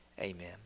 Amen